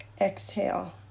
Exhale